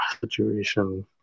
situation